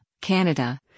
canada